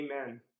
Amen